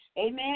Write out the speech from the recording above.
amen